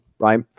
Right